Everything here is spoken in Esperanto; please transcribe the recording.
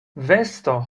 vesto